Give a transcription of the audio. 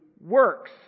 works